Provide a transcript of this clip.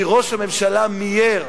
כי ראש הממשלה מיהר